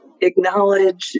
acknowledge